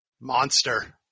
monster